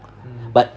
but